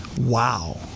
Wow